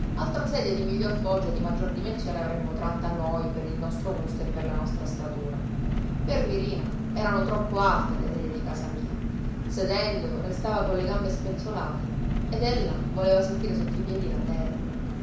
altra sedia di miglior foggia e di maggior dimensione avremmo tratta noi per il nostro gusto e per la nostra statura per mirina erano troppo alte le sedie di casa mia sedendo restava con le gambe spenzolate ed ella voleva sentire sotto i piedi la terra